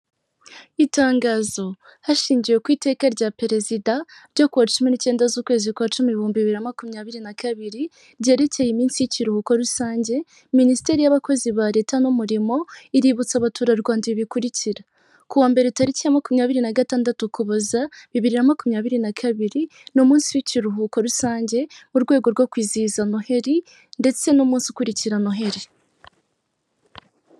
Itangazo, hashingiwe ku iteka rya perezida ryo ku wa cumi n'icyenda z'ukwezi kwa cumi ibihumbi bibiri na makumyabiri na kabiri ryerekeye iminsi y'ikiruhuko rusange, minisiteri y'abakozi ba leta n'umurimo iributsa abaturarwanda ibi bikurikira: Ku wa mbere tariki ya makumyabiri na gatandatu ukuboza, bibiri na makumyabiri na kabiri, ni umunsi w'ikiruhuko rusange mu rwego rwo kwizihiza noheri ndetse n'umunsi ukurikira noheri.